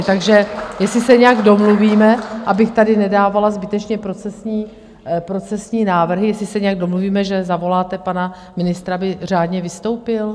Takže jestli se nějak domluvíme, abych tady nedávala zbytečně procesní návrhy, jestli se nějak domluvíme, že zavoláte pana ministra, aby řádně vystoupil?